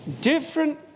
different